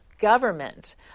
government